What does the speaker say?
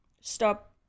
stop